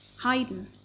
haydn